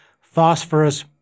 phosphorus